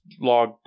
log